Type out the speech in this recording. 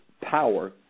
power